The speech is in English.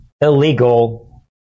illegal